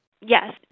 Yes